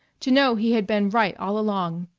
to know he had been right all along.